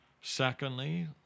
Secondly